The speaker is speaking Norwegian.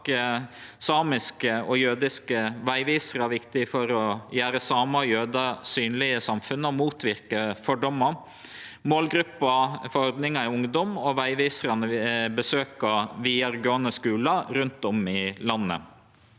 samiske og jødiske vegvisarar viktig for å gjere samar og jødar synlege i samfunnet og motverke fordommar. Målgruppa for ordninga er ungdom, og vegvisarane vil besøkje vidaregåande skular rundt om i landet.